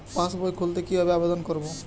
পাসবই খুলতে কি ভাবে আবেদন করব?